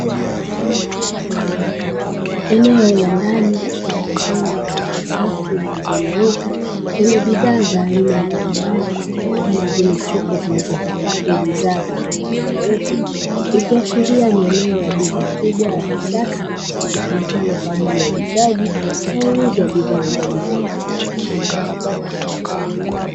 Eneo la ndani lililopangwa katika safu zilizonyooka lenye bidhaa za aina mbalimbali kama vile chupa zilizohifadhi bidhaa tofauti tofauti, ikiashiria ni eneo la duka kubwa la kisasa litumikalo kwa ajili ya uuzaji na ununuzi wa bidhaa mbalimbali.